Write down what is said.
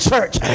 church